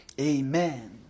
Amen